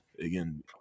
again